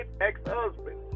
ex-husband